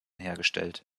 hergestellt